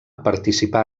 participà